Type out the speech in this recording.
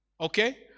okay